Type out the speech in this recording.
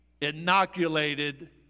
inoculated